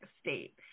state